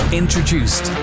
introduced